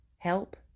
Help